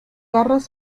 garras